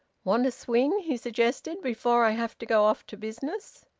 want a swing, he suggested, before i have to go off to business?